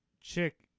Chick